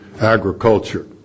Agriculture